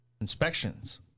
inspections